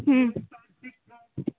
ᱦᱩᱸ